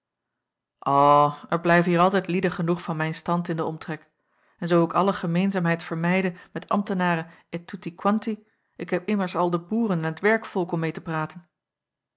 er blijven hier altijd lieden genoeg van mijn stand in den omtrek en zoo ik alle gemeenzaamheid vermijde met ambtenaren e tutti quanti ik heb immers al de boeren en t werkvolk om meê te praten